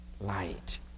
light